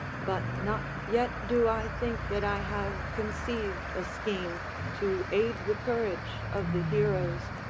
but not yet do i think that i have conceived a scheme to aid the courage of the heroes,